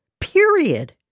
period